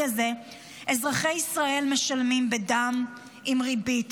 הזה אזרחי ישראל משלמים בדם עם ריבית,